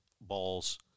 balls